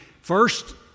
first